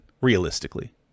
realistically